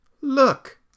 Look